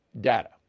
data